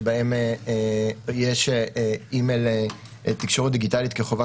שבהן יש תקשורת דיגיטלית כחובה,